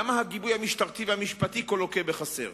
למה הגיבוי המשטרתי והמשפטי כה לוקה בחסר?